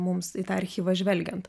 mums į tą archyvą žvelgiant